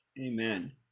Amen